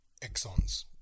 exons